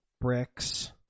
bricks